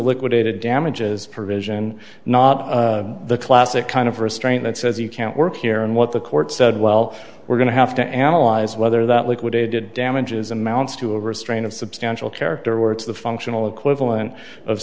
liquidated damages provision not the classic kind of restraint that says you can't work here and what the court said well we're going to have to analyze whether that liquidated damages amounts to a restraint of substantial character or to the functional equivalent of